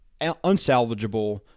unsalvageable